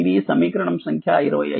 ఇది సమీకరణంసంఖ్య 25